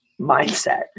mindset